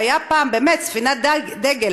שהיה פעם באמת ספינת דגל.